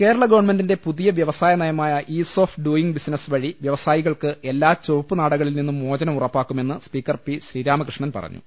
കേരള ഗവൺമെന്റിന്റെ പുതിയ വ്യവസായ നയമായ ഈസ് ഓഫ് ഡൂയിങ് ബിസിനസ് വഴി വ്യവസായികൾക്ക് എല്ലാചുവ പ്പുനാടകളിൽ നിന്നും മോചനം ഉറപ്പാക്കുമെന്ന് സ്പീക്കർ പി ശ്രീരാമകൃഷ്ണൻ പറഞ്ഞു